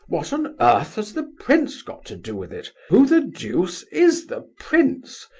what on earth has the prince got to do with it? who the deuce is the prince?